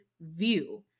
view